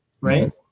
right